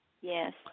Yes